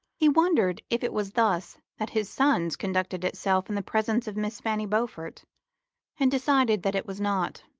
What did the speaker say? he wondered if it was thus that his son's conducted itself in the presence of miss fanny beaufort and decided that it was not.